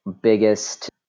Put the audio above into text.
biggest